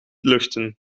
luchten